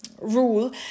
rule